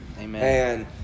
Amen